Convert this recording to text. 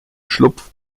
schlupf